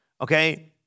okay